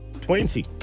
Twenty